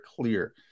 clear